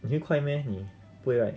你这个快 meh 你不会 right